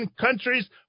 countries